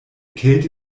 kälte